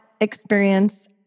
experience